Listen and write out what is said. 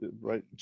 right